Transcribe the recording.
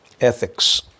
ethics